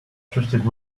trusted